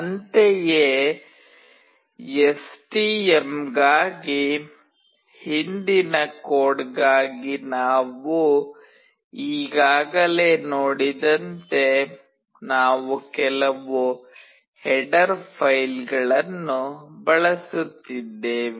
ಅಂತೆಯೇ ಎಸ್ಟಿಎಂಗಾಗಿ ಹಿಂದಿನ ಕೋಡ್ಗಾಗಿ ನಾವು ಈಗಾಗಲೇ ನೋಡಿದಂತೆ ನಾವು ಕೆಲವು ಹೆಡರ್ ಫೈಲ್ಗಳನ್ನು ಬಳಸುತ್ತಿದ್ದೇವೆ